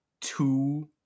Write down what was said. two